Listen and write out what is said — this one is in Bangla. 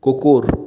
কুকুর